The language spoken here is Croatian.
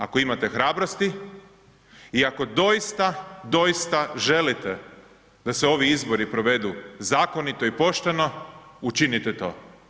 Ako imate hrabrosti i ako doista, doista želite da se ovi izbori provedu zakonito i pošteno, učinite to.